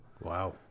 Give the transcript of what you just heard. wow